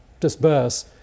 disperse